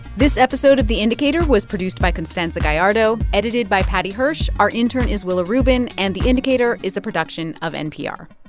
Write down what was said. this episode of the indicator was produced by constanza gallardo, edited by paddy hirsch. our intern is willa rubin. and the indicator is a production of npr